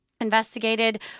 investigated